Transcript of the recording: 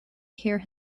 hear